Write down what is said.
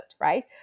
right